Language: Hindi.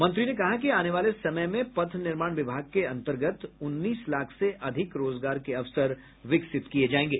मंत्री ने कहा कि आने वाले समय में पथ निर्माण विभाग के अंतर्गत उन्नीस लाख से अधिक रोजगार के अवसर विकसित किये जायेंगे